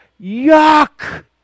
Yuck